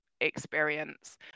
experience